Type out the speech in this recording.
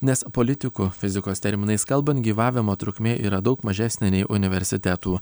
nes politikų fizikos terminais kalbant gyvavimo trukmė yra daug mažesnė nei universitetų